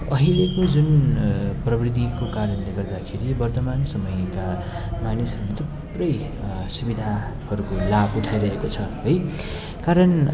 अहिलेको जुन प्रविधिको कारणले गर्दाखेरि वर्तमान समयका मानिसहरू थुप्रै सुविधाहरूको लाभ उठाइरहेको छ है कारण